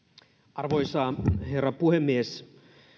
arvoisa herra puhemies